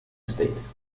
states